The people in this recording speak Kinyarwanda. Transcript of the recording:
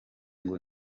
ngo